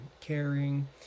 caring